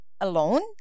alone